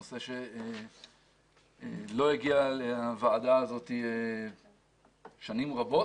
נושא שלא הגיע לוועדה הזאת במשך שנים רבות.